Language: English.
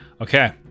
Okay